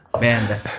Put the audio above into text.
man